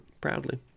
proudly